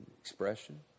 expression